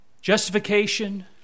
justification